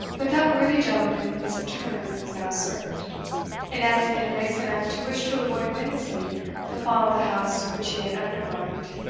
but that worthy gentleman's turn was now served and as he had grace enough to wish to avoid witnessing the fall of the house which he had undermined,